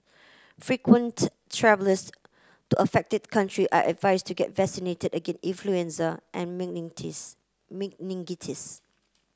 frequent travellers to affected country are advised to get vaccinated against influenza and meningitis